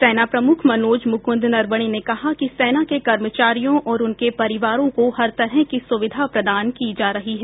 सेना प्रमुख मनोज मुकुंद नरवणे ने कहा कि सेना के कर्मचारियों और उनके परिवारों को हर तरह की सुविधा प्रदान की जा रही है